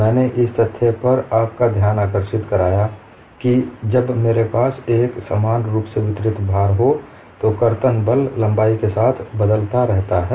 मैने इस तथ्य पर आपका ध्यान आकर्षित कराया कि जब मेरे पास एक समान रूप से वितरित भार हो तो कर्तन बल लंबाई के साथ बदलता रहता है